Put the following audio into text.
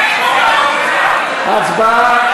הצבעה על,